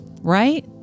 right